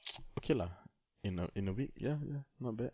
okay lah in a in a week ya ya not bad